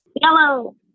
Yellow